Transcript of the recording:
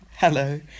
Hello